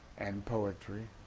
and poetry